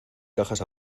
cajas